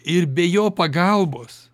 ir be jo pagalbos